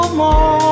more